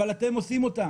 אבל אתם עושים אותה.